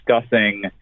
discussing